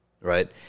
Right